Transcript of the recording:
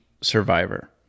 Survivor